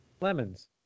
lemons